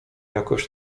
jakoś